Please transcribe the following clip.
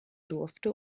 durfte